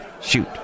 shoot